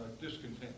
discontent